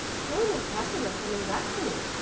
helen and katherine are coming back for me.